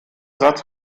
satz